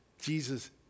Jesus